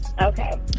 Okay